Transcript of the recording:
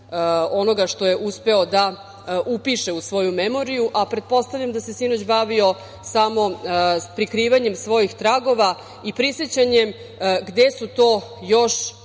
onoga što je uspeo da upiše u svoju memoriju? Pretpostavljam da se sinoć bavio samo prikrivanjem svojih tragova i prisećanjem gde su to još